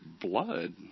blood